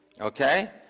okay